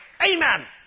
Amen